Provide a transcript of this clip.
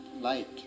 light